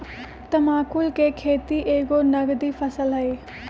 तमाकुल कें खेति एगो नगदी फसल हइ